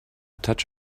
touch